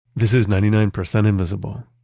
this is ninety nine percent invisible.